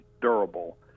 durable